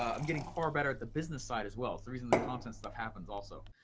i'm getting far better at the business side, as well. it's the reason the content stuff happens also.